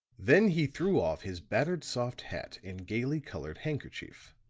then he threw off his battered soft hat and gayly colored handkerchief,